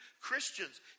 Christians